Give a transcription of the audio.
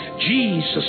Jesus